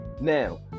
Now